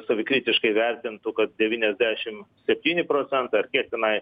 savikritiškai vertintų kad devyniasdešim septyni procentai ar kiek tenai